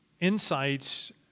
insights